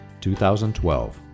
2012